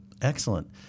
Excellent